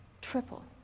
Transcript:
triple